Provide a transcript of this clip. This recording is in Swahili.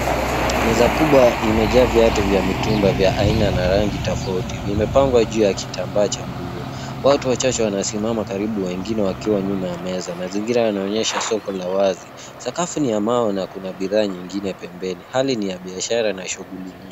Meza kubwa imejaa viatu vya mitumba vya aina na rangi tofauti. Vimepangwa juu ya kitambaa cha buluu. Watu wachache wanasimama karibu wengine wakiwa nyuma ya meza. Mazingira yanaonyesha soko la wazi. Sakafu ni ya mawe na kuna bidhaa nyingine pembeni. Hali ni ya biashara na shughuli nyingi.